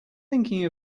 thinking